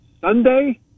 Sunday